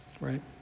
right